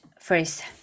first